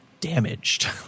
damaged